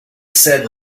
said